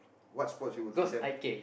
what sports you would teach them